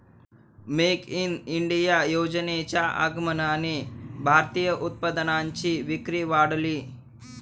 make in India योजनेच्या आगमनाने भारतीय उत्पादनांची विक्री वाढली